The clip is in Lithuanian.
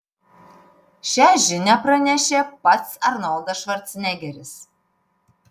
šią žinią pranešė pats arnoldas švarcnegeris